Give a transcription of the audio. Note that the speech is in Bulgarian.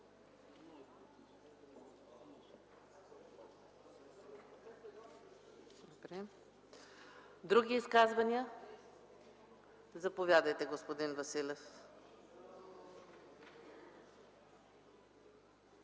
Други изказвания? Заповядайте, господин Стоилов.